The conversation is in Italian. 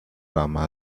dramma